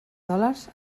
dòlars